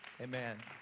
Amen